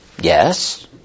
Yes